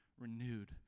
renewed